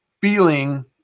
feeling